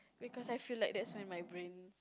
because I feel like that's when my brain